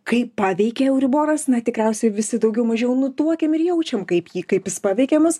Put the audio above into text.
kaip paveikė euriboras na tikriausiai visi daugiau mažiau nutuokiam ir jaučiam kaip jį kaip jis paveikė mus